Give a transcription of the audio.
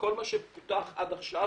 כל מה שפותח עד עכשיו,